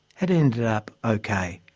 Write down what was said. had ended up ok.